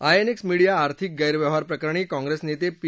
INX media आर्थिक गैरव्यवहार प्रकरणी काँग्रेस नेते पी